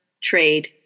trade